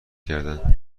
کردند